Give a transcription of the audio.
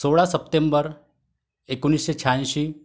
सोळा सप्टेंबर एकोणीसशे शहाऐंशी